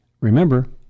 remember